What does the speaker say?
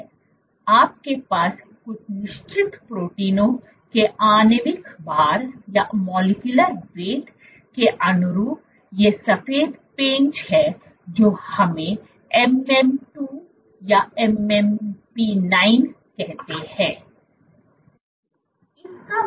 आपके पास कुछ निश्चित प्रोटीनों के आणविक भार के अनुरूप ये सफेद पैच हैं जो हमें MMP 2 या MMP 9 कहते हैं